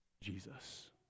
Jesus